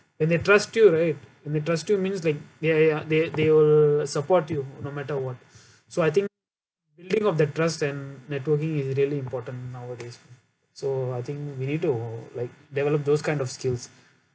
when they trust you right when they trust you means like ya ya they they will support you no matter what so I think building of the trust and networking is really important nowadays so I think we need to like develop those kind of skills